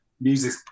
music